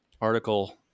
article